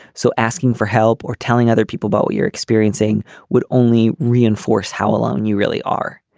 so asking for help or telling other people about what you're experiencing would only reinforce how alone you really are.